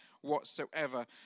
whatsoever